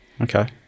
Okay